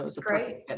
Great